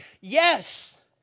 Yes